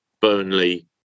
Burnley